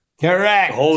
correct